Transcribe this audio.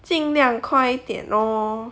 尽量快一点 lor